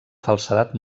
falsedat